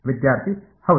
ವಿದ್ಯಾರ್ಥಿ ಹೌದು